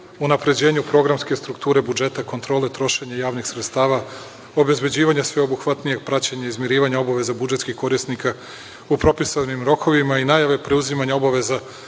unapređenju programske strukture budžeta, kontrole trošenja javnih sredstava, obezbeđivanje sveobuhvatnijeg praćenja i izmirivanja obaveza budžetskih korisnika u propisanim rokovima i naime preuzimanje obaveza